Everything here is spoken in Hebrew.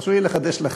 ותרשו לי לחדש לכם: